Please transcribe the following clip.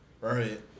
Right